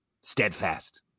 steadfast